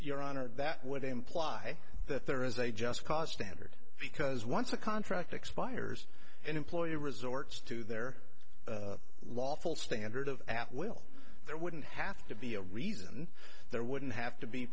your honor that would imply that there is a just cause standard because once a contract expires an employer resorts to their lawful standard of at will there wouldn't have to be a reason there wouldn't have to be